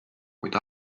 kuid